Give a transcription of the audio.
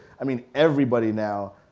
i mean everybody now,